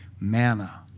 manna